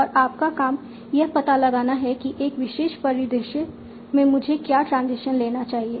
और आपका काम यह पता लगाना है कि एक विशेष परिदृश्य में मुझे क्या ट्रांजिशन लेना चाहिए